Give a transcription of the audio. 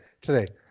today